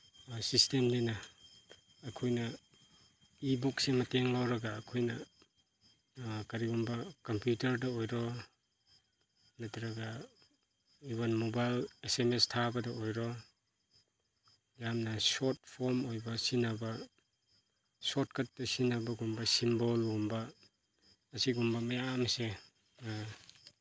ꯁꯤꯁꯇꯦꯝꯅꯤꯅ ꯑꯩꯈꯣꯏꯅ ꯏ ꯕꯨꯛꯁꯦ ꯃꯇꯦꯡ ꯂꯧꯔꯒ ꯑꯩꯈꯣꯏꯅ ꯀꯔꯤꯒꯨꯝꯕ ꯀꯝꯄ꯭ꯌꯨꯇꯔꯗ ꯑꯣꯏꯔꯣ ꯅꯠꯇ꯭ꯔꯒ ꯏꯚꯟ ꯃꯣꯕꯥꯏꯜ ꯑꯦꯁ ꯁꯦꯝ ꯃꯦꯁ ꯊꯥꯕꯗ ꯑꯣꯏꯔꯣ ꯌꯥꯝꯅ ꯁꯣꯔꯠ ꯐꯣꯝ ꯑꯣꯏꯕ ꯁꯤꯖꯤꯟꯅꯕ ꯁꯣꯔꯠ ꯀꯠꯇ ꯁꯤꯖꯤꯟꯅꯕꯒꯨꯝꯕ ꯁꯤꯝꯕꯣꯜꯒꯨꯝꯕ ꯑꯁꯤꯒꯨꯝꯕ ꯃꯌꯥꯝꯁꯦ